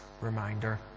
reminder